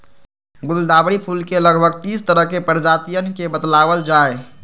गुलदावरी फूल के लगभग तीस तरह के प्रजातियन के बतलावल जाहई